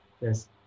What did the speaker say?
Yes